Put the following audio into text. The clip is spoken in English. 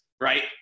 right